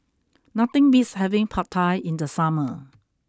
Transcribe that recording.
nothing beats having Pad Thai in the summer